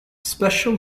special